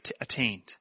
attained